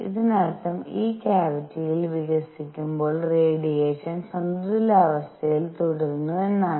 ഇതിനർത്ഥം ഈ ക്യാവിറ്റിയിൽ വികസിക്കുമ്പോൾ റേഡിയേഷൻ സന്തുലിതാവസ്ഥയിൽ തുടരുന്നു എന്നാണ്